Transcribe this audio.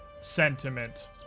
sentiment